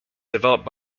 developed